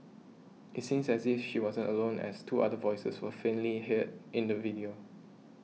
it seems as if she wasn't alone as two other voices were faintly hear in the video